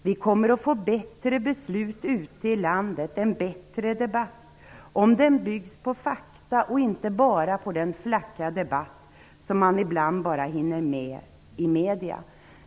Vi kommer att få bättre beslut ute i landet, en bättre debatt om den byggs på fakta och inte bara på den flacka debatt som man ibland bara hinner med att ta del av i medierna.